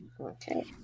Okay